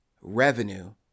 revenue